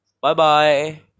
Bye-bye